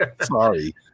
Sorry